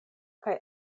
kaj